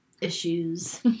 issues